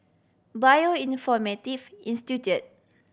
Bioinformatics Institute